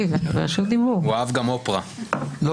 לפטר את היועצת המשפטית,